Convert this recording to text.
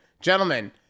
gentlemen